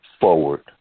forward